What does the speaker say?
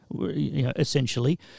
essentially